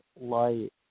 light